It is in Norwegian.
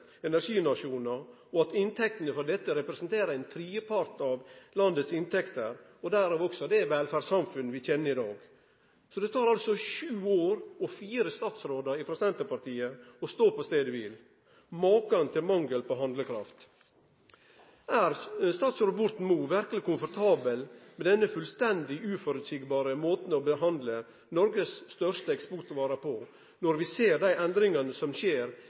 energinasjonar, og at inntektene frå dette representerer ein tredjepart av landets inntekter – og dermed òg det velferdssamfunnet vi kjenner i dag? Det tek altså sju år og fire statsrådar frå Senterpartiet, og det står på staden kvil. Maken til mangel på handlekraft! Er statsråd Borten Moe verkeleg komfortabel med denne fullstendig uføreseielege måten å behandle Noregs største ekstportvare på, når vi ser dei endringane som skjer